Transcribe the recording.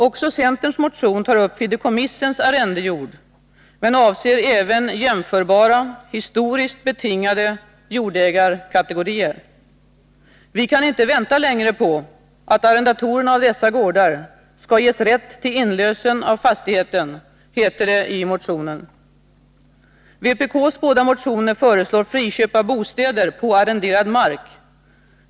Också centerns motion tar upp fideikommissens arrendejord, men avser även jämförbara, historiskt betingade jordägarkategorier. ”Vi kan nu inte vänta längre på att arrendatorerna av dessa gårdar skall ges rätt till inlösen av fastigheten”, heter det i motionen.